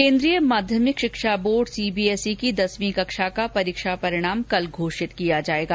केंद्रीय माध्यमिक शिक्षा बोर्ड सीबीएसई की दसवीं कक्षा का परीक्षा का परिणाम कल घोषित किया जाएगा